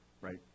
right